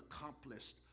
accomplished